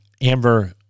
amber